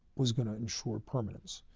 was going to ensure permanence.